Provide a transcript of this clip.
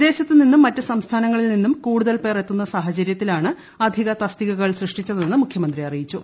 വിദേശത്തു നിന്നും ക്രിറ്റ് സംസ്ഥാനങ്ങളിൽ നിന്നും കൂടുതൽ പേർ എത്തുന്നിട്ട് സാഹചര്യത്തിലാണ് അധിക തസ്തികകൾ സൃഷ്ടിച്ചതെന്ന് മുഖ്യ്മന്ത്രി അറിയിച്ചു